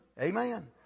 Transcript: Amen